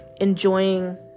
enjoying